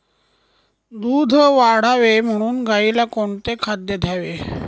दूध वाढावे म्हणून गाईला कोणते खाद्य द्यावे?